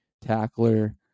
tackler